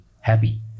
happy